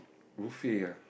buffet ah